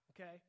Okay